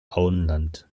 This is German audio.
auenland